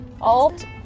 alt